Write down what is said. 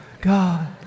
God